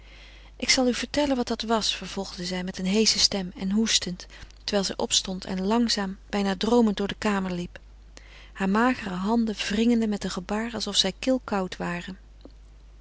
ik zal u vertellen wat dat was vervolgde zij met een heesche stem en hoestend terwijl zij opstond en langzaam bijna droomend door de kamer liep hare magere handen wringende met een gebaar alsof zij kilkoud waren